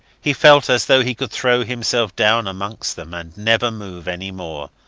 he felt as though he could throw himself down amongst them and never move any more.